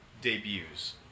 debuts